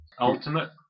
Ultimate